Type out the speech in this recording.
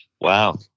Wow